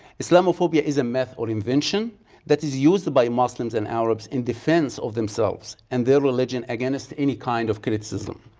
islamophobia is a myth or invention that is used by muslims and arabs in defense of themselves and their religion against any kind of criticism.